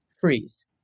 freeze